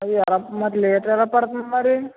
మరి లీటర్ ఎలా పడుతుంది మరి